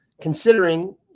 Considering